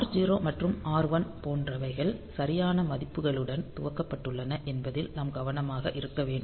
R0 மற்றும் R1 போன்றவைகள் சரியான மதிப்புகளுடன் துவக்கப்பட்டுள்ளன என்பதில் நாம் கவனமாக இருக்க வேண்டும்